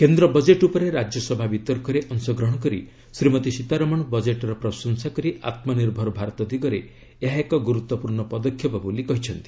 କେନ୍ଦ୍ର ବଜେଟ୍ ଉପରେ ରାଜ୍ୟସଭା ବିତର୍କରେ ଅଂଶଗ୍ରହଣ କରି ଶ୍ରୀମତୀ ସୀତାରମଣ ବଜେଟ୍ର ପ୍ରଶଂସା କରି ଆତ୍ମନିର୍ଭର ଭାରତ ଦିଗରେ ଏହା ଏକ ଗୁରୁତ୍ୱପୂର୍ଣ୍ଣ ପଦକ୍ଷେପ ବୋଲି କହିଚ୍ଚନ୍ତି